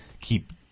keep